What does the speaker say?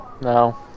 No